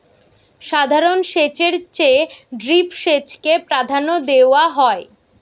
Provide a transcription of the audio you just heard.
সাধারণ সেচের চেয়ে ড্রিপ সেচকে প্রাধান্য দেওয়া হয়